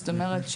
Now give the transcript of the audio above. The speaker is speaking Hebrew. זאת אומרת,